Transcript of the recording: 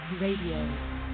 Radio